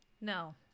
No